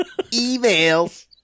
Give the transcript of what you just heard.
Emails